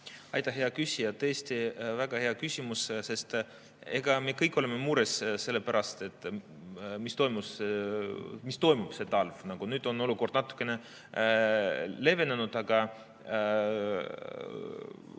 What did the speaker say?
Aitäh, hea küsija! Tõesti väga hea küsimus, sest eks me kõik oleme mures selle pärast, mis toimus see talv. Nüüd on olukord natuke leevenenud, aga